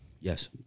yes